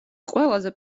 ყველაზე